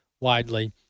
widely